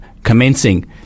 commencing